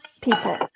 people